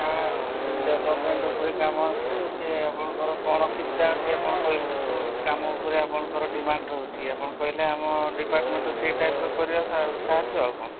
ଆଉ ଡେଭଲପମେଣ୍ଟ୍ ଉପରେ କାମ ଆସିଛି ସେ ଆପଣଙ୍କର କ'ଣ ଅସୁବିଧା ଅଛି ଆପଣ କହିଲେ କୁ କାମ ଉପରେ ଆପଣଙ୍କର ଡିମାଣ୍ଡ୍ ରହୁଛି ଆପଣ କହିଲେ ଆମ ଡିପାର୍ଟମେଣ୍ଟ୍ରୁ ସେ ଟାଇପ୍ର କରିବା ସାହାଯ୍ୟ ଆଉ କ'ଣ